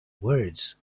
words